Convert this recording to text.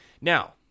Now